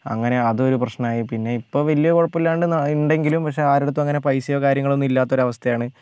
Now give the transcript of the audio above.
അങ്ങനെ അത് ഒരു പ്രശ്നമായി പിന്നെ ഇപ്പോൾ വലിയ കുഴപ്പമില്ലാണ്ട് ഉണ്ടെങ്കിലും പക്ഷേ ആരുടെ അടുത്തും അങ്ങനെ പൈസയോ കാര്യങ്ങളോന്നുമില്ലാത്ത ഒരവസ്ഥയാണ്